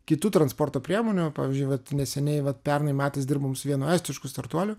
kitų transporto priemonių pavyzdžiui vat neseniai vat pernai metais dirbom su vienu estišku startuoliu